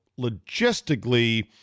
logistically